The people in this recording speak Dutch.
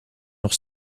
nog